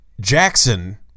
Jackson